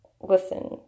listen